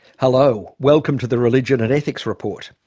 hello, welcome to the religion and ethics report.